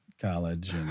college